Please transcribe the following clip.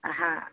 हा